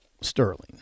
Sterling